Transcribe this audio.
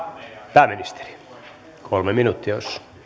pääministeri kolme minuuttia